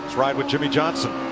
ride with jimmie johnson.